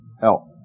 help